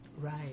Right